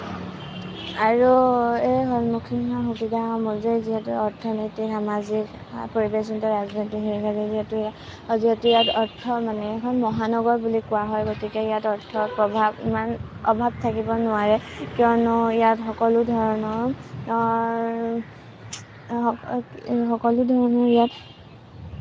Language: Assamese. আৰু এই সন্মুখীন হোৱা সুবিধাসমূহ যেই যিহেতু অৰ্থনৈতিক সামাজিক পৰিৱেশ জনিত ৰাজনৈতিক যিহেতু ইয়াক যিহেতু ইয়াক অৰ্থ মানে এখন মহানগৰ বুলি কোৱা হয় গতিকে ইয়াত অৰ্থৰ অভাৱ ইমান অভাৱ থাকিব নোৱাৰে কিয়নো ইয়াত সকলো ধৰণৰ সকলোধৰণৰ ইয়াত